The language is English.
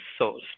sourced